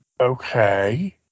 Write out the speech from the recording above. okay